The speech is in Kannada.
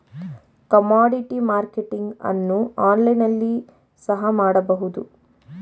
ಕಮೋಡಿಟಿ ಮಾರ್ಕೆಟಿಂಗ್ ಅನ್ನು ಆನ್ಲೈನ್ ನಲ್ಲಿ ಸಹ ಮಾಡಬಹುದು